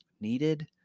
needed